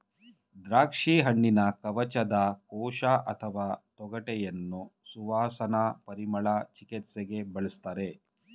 ದ್ರಾಕ್ಷಿಹಣ್ಣಿನ ಕವಚದ ಕೋಶ ಅಥವಾ ತೊಗಟೆಯನ್ನು ಸುವಾಸನಾ ಪರಿಮಳ ಚಿಕಿತ್ಸೆಗೆ ಬಳಸ್ತಾರೆ